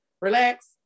relax